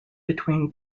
between